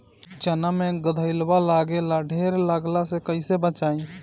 चना मै गधयीलवा लागे ला ढेर लागेला कईसे बचाई?